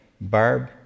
Barb